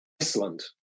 Iceland